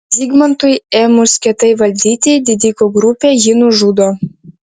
zigmantui ėmus kietai valdyti didikų grupė jį nužudo